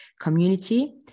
community